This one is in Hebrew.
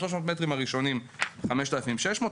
ל-300 מטרים הראשונים זה 5,600 שקלים,